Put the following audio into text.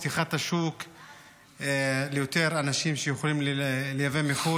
פתיחת השוק ליותר אנשים שיכולים לייבא מחו"ל,